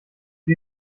sie